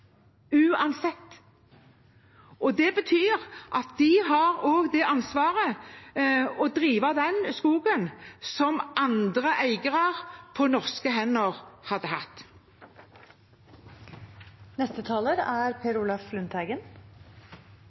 uansett. Det betyr at de har det ansvaret å drive skogen som andre eiere på norske hender hadde hatt. Som jeg sa, er